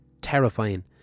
terrifying